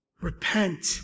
Repent